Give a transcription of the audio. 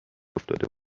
افتاده